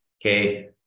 Okay